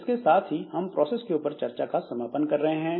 इसके साथ ही हम प्रोसेस के ऊपर चर्चा का समापन कर रहे हैं